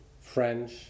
French